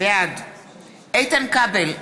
בעד איתן כבל,